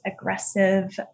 aggressive